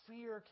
Fear